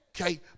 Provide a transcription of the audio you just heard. Okay